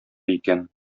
икән